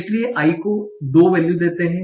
इसलिए i को 2 value देते है